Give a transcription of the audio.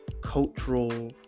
cultural